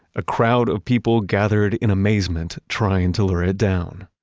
a crowd of people gathered in amazement, trying to lure it down.